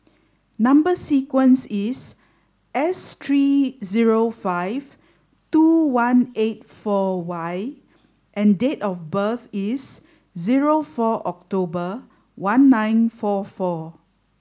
number sequence is S three zero five two one eight four Y and date of birth is zero four October one nine four four